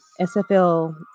SFL